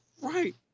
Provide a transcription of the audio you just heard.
right